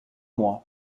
mois